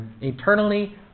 Eternally